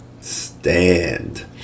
stand